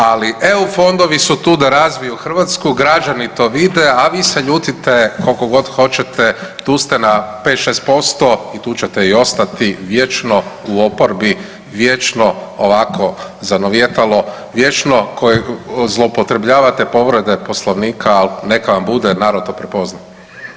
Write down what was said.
Ali eu fondovi su tu da razviju Hrvatsku, građani to vide, a vi se ljutite koliko god hoćete, tu ste na 5, 6% i tu ćete i ostati vječno u oporbi, vječno ovako zanovijetalo, vječno koje zloupotrebljavate povrede poslovnika, ali neka vam bude narod to prepozna.